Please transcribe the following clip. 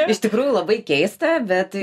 iš tikrųjų labai keista bet